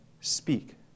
Speak